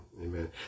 Amen